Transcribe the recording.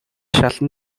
шалан